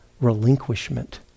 relinquishment